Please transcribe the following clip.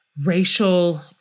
racial